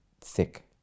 thick